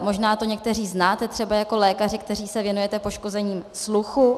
Možná to někteří znáte jako lékaři, kteří se věnujete poškození sluchu.